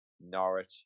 Norwich